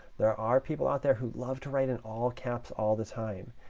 there are people out there who love to write in all caps all the time.